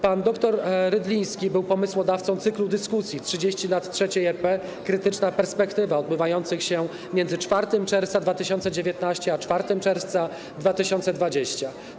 Pan dr Rydliński był pomysłodawcą cyklu dyskusji „30 lat III RP - krytyczna perspektywa” odbywających się między 4 czerwca 2019 r. a 4 czerwca 2020 r.